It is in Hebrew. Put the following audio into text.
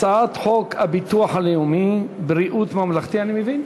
הצעת חוק ביטוח בריאות ממלכתי, אני מבין.